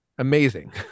amazing